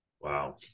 Wow